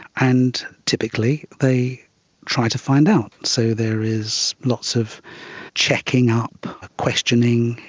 and typically they try to find out. so there is lots of checking up, questioning,